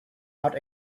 out